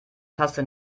taste